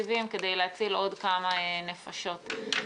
תקציבים כדי להציל עוד כמה נפשות בישראל.